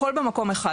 הכל במקום אחד.